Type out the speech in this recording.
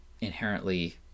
inherently